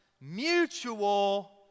mutual